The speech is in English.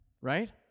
right